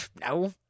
No